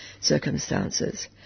circumstances